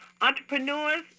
Entrepreneurs